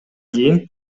кийин